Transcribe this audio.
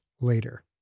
later